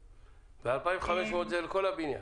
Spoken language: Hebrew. בניגוד להוראותצרכן גז סעיף 25(ד); (12א)